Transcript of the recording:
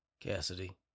Cassidy